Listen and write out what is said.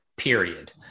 period